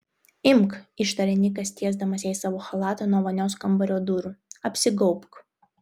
imk ištarė nikas tiesdamas jai savo chalatą nuo vonios kambario durų apsigaubk